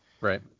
Right